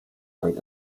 dank